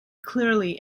clearly